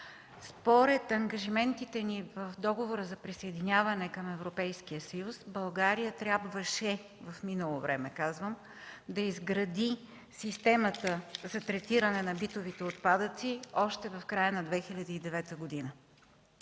Според ангажиментите ни в Договора за присъединяване към Европейския съюз България трябваше, в минало време казвам, да изгради системата за третиране на битовите отпадъци още в края на 2009 г.